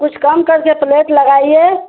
कुछ कम करके प्लेट लगाइए